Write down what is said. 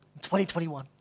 2021